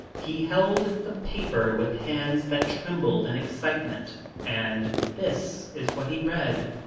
he held the paper with hands that trembled in excitement and this is what he read,